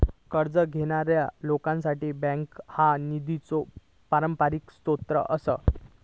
कर्ज घेणाऱ्या लोकांसाठी बँका हा निधीचो पारंपरिक स्रोत आसा